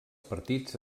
partits